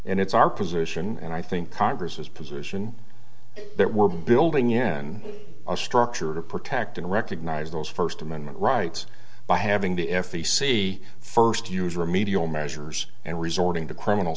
and it's our position and i think congress is position that we're building in a structure to protect and recognize those first amendment rights by having the f c c first usurer medial measures and resorting to criminal